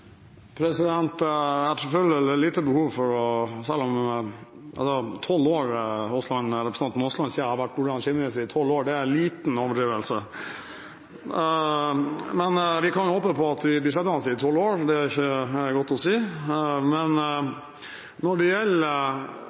Representanten Aasland sier jeg har vært olje- og energiminister i tolv år – det er en liten overdrivelse . Men vi kan håpe på at vi blir sittende i tolv år – det er ikke godt å si. Jeg må få si en liten ting om olje- og gassaktiviteten. Jeg tror det